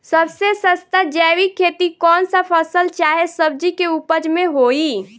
सबसे सस्ता जैविक खेती कौन सा फसल चाहे सब्जी के उपज मे होई?